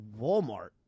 Walmart